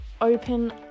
open